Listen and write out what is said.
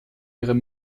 ihre